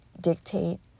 dictate